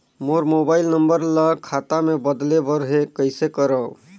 मोर mobile number ल खाता मे बदले बर हे कइसे करव?